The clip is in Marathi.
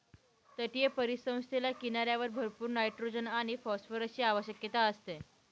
तटीय परिसंस्थेला किनाऱ्यावर भरपूर नायट्रोजन आणि फॉस्फरसची आवश्यकता असते